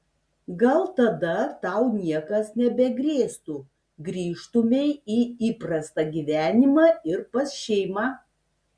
gal tada tau niekas nebegrėstų grįžtumei į įprastą gyvenimą ir pas šeimą